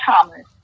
Thomas